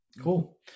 cool